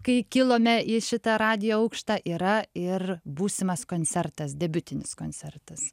kai kilome į šitą radijo aukštą yra ir būsimas koncertas debiutinis koncertas